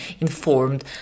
informed